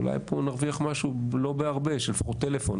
אולי פה נרוויח משהו לא בהרבה, של לפחות טלפון.